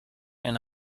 and